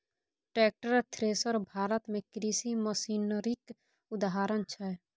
tractor, thresher Bharat मे कृषि मशीनरीक उदाहरण छै